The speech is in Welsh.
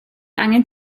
angen